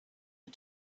had